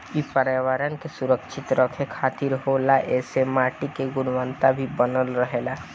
इ पर्यावरण के सुरक्षित रखे खातिर होला ऐइसे माटी के गुणवता भी बनल रहेला